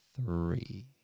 three